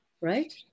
right